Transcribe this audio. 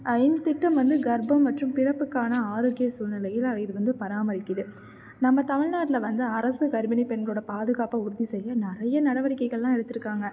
இந்தத் திட்டம் வந்து கர்ப்பம் மற்றும் பிறப்புக்கான ஆரோக்கிய சூழ்நிலையில் இது வந்து பராமரிக்குது நம்ம தமிழ்நாட்டில் வந்து அரசு கர்ப்பிணிப் பெண்களோடய பாதுகாப்பை உறுதி செய்ய நிறைய நடவடிக்கைகள்லாம் எடுத்திருக்காங்க